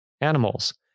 animals